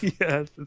Yes